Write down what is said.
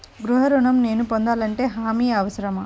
గృహ ఋణం నేను పొందాలంటే హామీ అవసరమా?